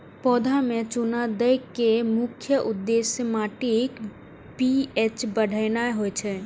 पौधा मे चूना दै के मुख्य उद्देश्य माटिक पी.एच बढ़ेनाय होइ छै